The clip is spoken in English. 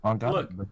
Look